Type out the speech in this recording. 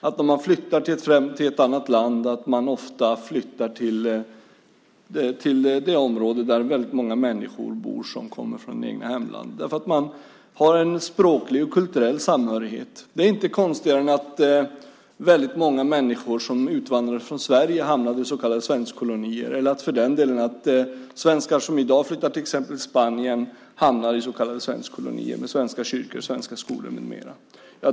När man flyttar till ett annat land flyttar man ofta till det område där väldigt många människor från det egna hemlandet bor. Man har en språklig och kulturell samhörighet. Det är inte konstigare än att väldigt många människor som utvandrade från Sverige hamnade i så kallade svenskkolonier. Svenskar som i dag flyttar till exempel till Spanien hamnar i så kallade svenskkolonier med svenska kyrkor, svenska skolor med mera.